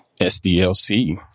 SDLC